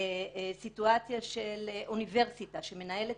או למשל סיטואציה של אוניברסיטה שמנהלת